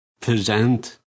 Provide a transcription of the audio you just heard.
present